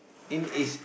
in it's